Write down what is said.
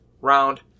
round